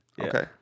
Okay